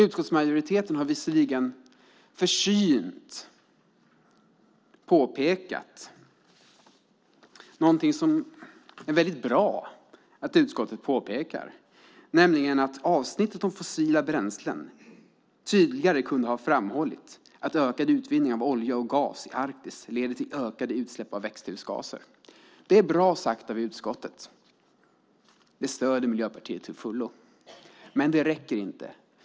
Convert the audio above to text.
Utskottsmajoriteten har visserligen försynt påpekat någonting som det är bra att man påpekar, nämligen att det i avsnittet om fossila bränslen tydligare kunde ha framhållits att ökad utvinning av olja och gas i Arktis leder till ökade utsläpp av växthusgaser. Det är bra sagt av utskottet; det stöder Miljöpartiet till fullo. Men det räcker inte.